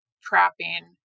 trapping